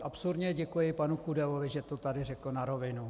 Absurdně děkuji panu Kudelovi, že to tady řekl na rovinu.